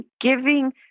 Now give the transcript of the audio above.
giving